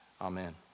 Amen